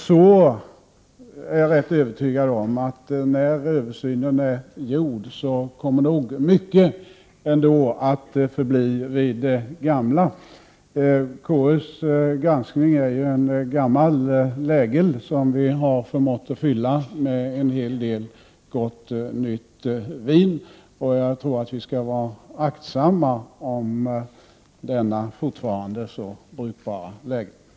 Men jag är rätt övertygad om att när översynen är gjord, kommer mycket ändå att förbli vid det gamla. KU:s granskning är ju en gammal lägel, som vi har förmått fylla med en hel del gott nytt vin, och jag tror att vi skall vara aktsamma om denna fortfarande så brukbara lägel.